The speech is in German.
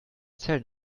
zellen